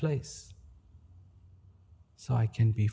place so i can be